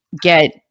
get